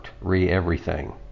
re-everything